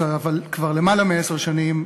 כבר יותר מעשר שנים,